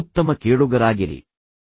ಉತ್ತಮ ಕೇಳುಗರಾಗಿರಿ ಸಕ್ರಿಯ ಕೇಳುಗರಾಗಿರಿ